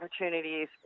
opportunities